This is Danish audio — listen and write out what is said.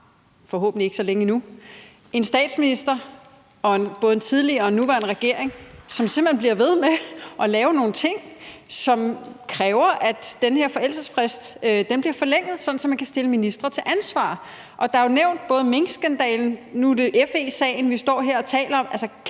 forhåbentlig ikke så længe endnu, en statsminister og både en tidligere og en nuværende regering, som simpelt hen bliver ved med at lave nogle ting, som kræver, at den her forældelsesfrist bliver forlænget, sådan at man kan stille ministre til ansvar. Minkskandalen er blevet nævnt, og nu er det FE-sagen, vi står her og taler om,